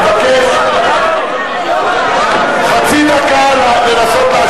אבקש חצי דקה לנסות,